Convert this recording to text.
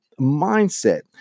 mindset